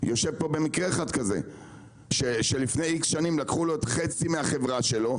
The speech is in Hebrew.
יושב פה במקרה אחד כזה שלפני X שנים לקחו לו חצי מהחברה שלו,